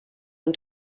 and